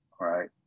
right